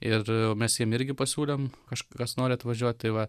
ir mes jiem irgi pasiūlėm kažkas kas nori atvažiuot tai va